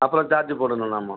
அப்புறம் சார்ஜ் போடணும் நம்ம